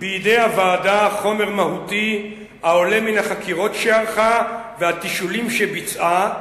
"בידי הוועדה חומר מהותי העולה מן החקירות שערכה והתשאולים שביצעה,